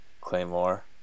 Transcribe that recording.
Claymore